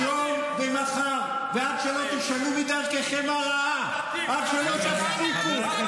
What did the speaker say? אני אטיף היום ומחר ועד שלא תשנו את דרככם הרעה.